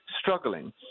struggling